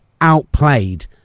outplayed